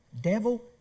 devil